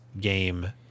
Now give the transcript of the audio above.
game